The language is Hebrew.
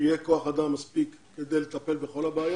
שיהיה כוח-אדם מספיק כדי לטפל בכל הבעיות.